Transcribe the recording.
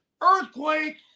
earthquake